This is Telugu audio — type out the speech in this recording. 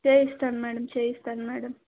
చెయ్యిస్తాను మేడం చెయ్యిస్తాను మేడం